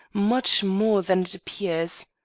much more, than appears.